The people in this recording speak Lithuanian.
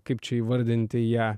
kaip čia įvardinti ją